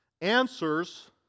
answers